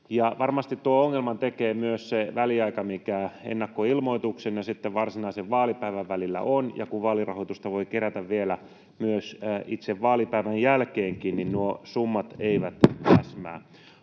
Varmasti tuon ongelman tekee myös se väliaika, mikä ennakkoilmoituksen ja sitten varsinaisen vaalipäivän välillä on, ja kun vaalirahoitusta voi myös kerätä vielä itse vaalipäivän jälkeenkin, niin nuo summat eivät täsmää.